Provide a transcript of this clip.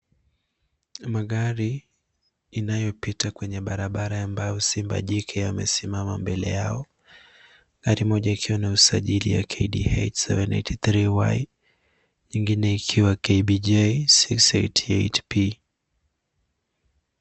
Magari inayopita kwenye barabara ambayo simba jike amesimama mbele yao. Gari moja ikiwa na usajili wa KDH 783Y,ingine ikiwa KBJ 688R.